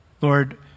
Lord